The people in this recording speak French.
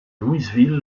louisville